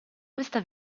questa